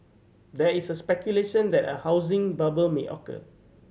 there is a speculation that a housing bubble may occur